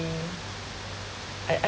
I I